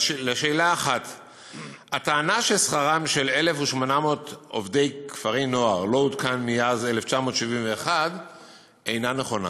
1. הטענה ששכרם של 1,800 עובדי כפרי-נוער לא עודכן מאז 1971 אינה נכונה.